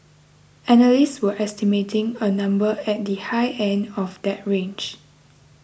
analysts were estimating a number at the high end of that range